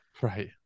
Right